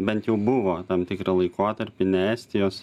bent jau buvo tam tikrą laikotarpį ne estijos